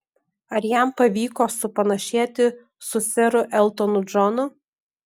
ar jam pavyko supanašėti su seru eltonu džonu